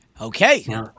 Okay